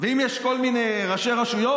ואם יש כל מיני ראשי רשויות,